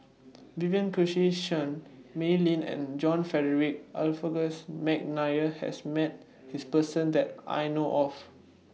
Vivien Quahe Seah Mei Lin and John Frederick Adolphus Mcnair has Met This Person that I know of